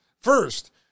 First